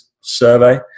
survey